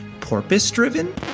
porpoise-driven